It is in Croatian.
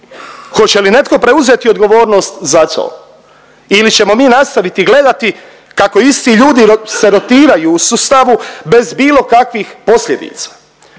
Hoće li netko preuzeti odgovornost za to ili ćemo mi nastaviti gledati kako isti ljudi se rotiraju u sustavu bez bilo kakvih posljedica?